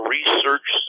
Research